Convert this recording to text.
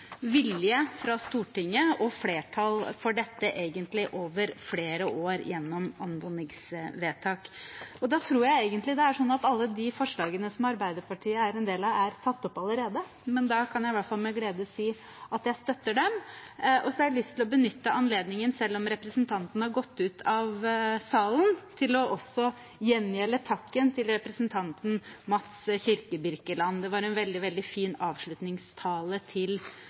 vilje fra Stortinget og flertall for dette egentlig over flere år gjennom anmodningsvedtak. Nå tror jeg alle forslagene Arbeiderpartiet er en del av, er tatt opp allerede, men da kan jeg i hvert fall med glede si at jeg støtter dem. Så har jeg lyst til å benytte anledningen, selv om representanten har gått ut av salen, til å gjengjelde takken til representanten Mats A. Kirkebirkeland. Det var en veldig fin avslutningstale til